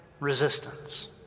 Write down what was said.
resistance